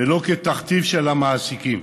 ולא כתכתיב של המעסיקים.